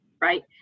right